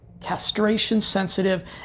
castration-sensitive